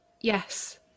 Yes